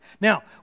Now